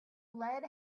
lead